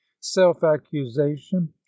self-accusation